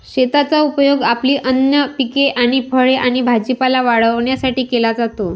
शेताचा उपयोग आपली अन्न पिके आणि फळे आणि भाजीपाला वाढवण्यासाठी केला जातो